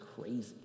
crazy